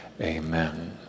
Amen